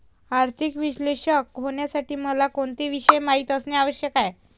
आर्थिक विश्लेषक होण्यासाठी मला कोणते विषय माहित असणे आवश्यक आहे?